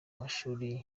mashuri